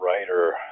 writer